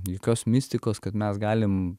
jokios mistikos kad mes galim